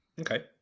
Okay